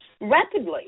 rapidly